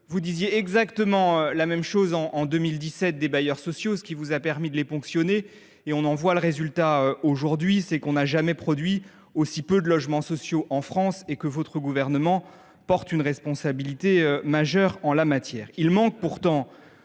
vous disiez exactement la même chose en 2017 à propos des bailleurs sociaux, ce qui vous a permis de les ponctionner. On en voit le résultat aujourd’hui : on n’a jamais produit aussi peu de logements sociaux en France, et ce gouvernement porte une responsabilité majeure en la matière.